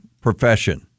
profession